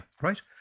Right